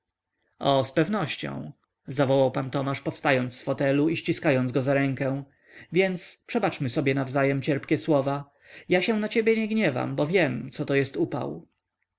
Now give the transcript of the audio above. o zpewnością zawołał pan tomasz powstając z fotelu i ściskając go za rękę więc przebaczmy sobie nawzajem cierpkie słówka ja się na ciebie nie gniewam bo wiem coto jest upał